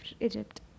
Egypt